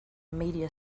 media